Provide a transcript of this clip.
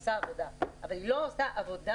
היא עושה עבודה אבל היא לא עושה עבודה